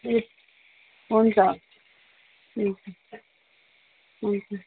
ए हुन्छ हुन्छ हुन्छ